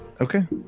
Okay